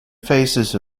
faces